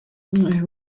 thieves